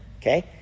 okay